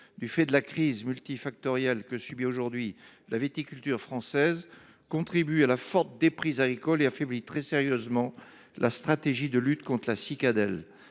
par la crise multifactorielle que subit aujourd’hui la viticulture française, contribue à la forte déprise agricole et affaiblit très sérieusement la stratégie de lutte contre la cicadelle.